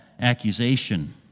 accusation